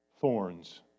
thorns